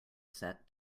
set